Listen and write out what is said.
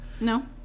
No